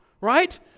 right